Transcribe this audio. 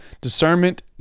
discernment